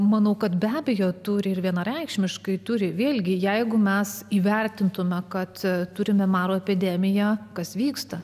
manau kad be abejo turi ir vienareikšmiškai turi vėlgi jeigu mes įvertintumėme kad turime maro epidemiją kas vyksta